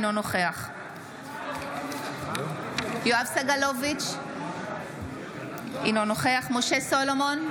אינו נוכח יואב סגלוביץ' אינו נוכח משה סולומון,